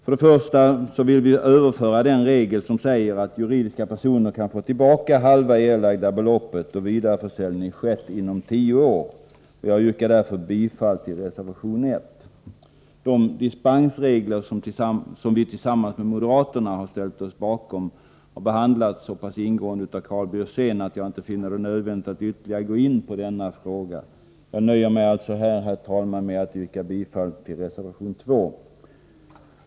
Först och främst vill vi överföra den regel som säger att juridiska personer kan få tillbaka halva det erlagda beloppet då vidareförsäljning skett inom tio år. Jag yrkar bifall till reservation 1. De dispensregler som vi tillsammans med moderaterna ställt oss bakom har behandlats så pass ingående av Karl Björzén att jag inte finner det nödvändigt att ytterligare gå in på denna fråga. Jag nöjer mig alltså här med att yrka bifall till reservation 2.